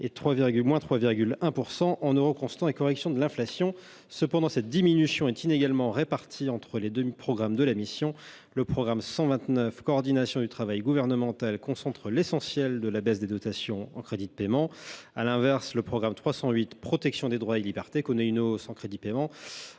de 3,1 % en euros constants avec correction de l’inflation. Cette diminution est toutefois inégalement répartie entre les deux programmes de la mission. Le programme 129 « Coordination du travail gouvernemental » concentre en effet l’essentiel de la baisse des dotations en crédits de paiement. À l’inverse, le programme 308 « Protection des droits et libertés » connaît une hausse en crédits de paiement